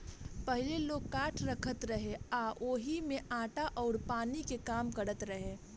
पहिले लोग काठ रखत रहे आ ओही में आटा अउर पानी के काम करत रहे